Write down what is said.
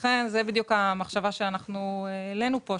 זו בדיוק המחשבה שאנחנו העלינו פה,